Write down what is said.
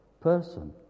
person